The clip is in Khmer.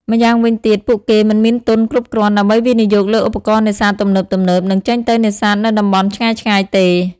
ម្យ៉ាងវិញទៀត ពួកគេមិនមានទុនគ្រប់គ្រាន់ដើម្បីវិនិយោគលើឧបករណ៍នេសាទទំនើបៗ និងចេញទៅនេសាទនៅតំបន់ឆ្ងាយៗទេ។